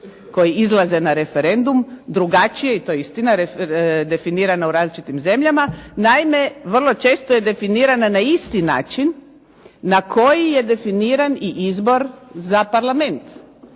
koji izlaze na referendum drugačije i to je istina, definirana u različitim zemljama, naime vrlo često je definirana na isti način na koji je definiran i izbor za Parlament.